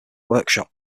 workshop